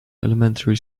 elementary